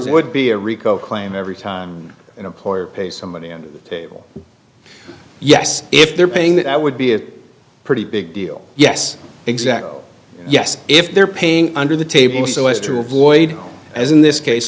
would be a rico claim every time an employer pays somebody on the table yes if they're paying that i would be a pretty big deal yes exactly yes if they're paying under the table so as to avoid as in this case